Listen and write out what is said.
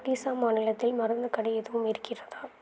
ஒடிஸா மாநிலத்தில் மருந்துக்கடை எதுவும் இருக்கிறதா